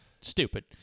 stupid